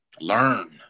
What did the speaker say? learn